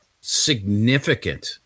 significant